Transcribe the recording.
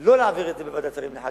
שלא להעביר את זה בוועדת השרים לחקיקה,